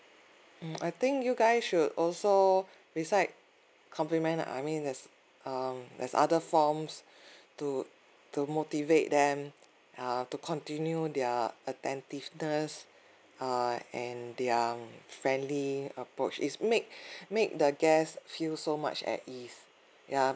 mm I think you guys should also beside compliment I mean there's err there's other forms to to motivate them uh to continue their attentiveness uh and their friendly approach is make make the guest feels so much at ease ya